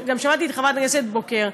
שמעתי גם את חברת הכנסת בוקר.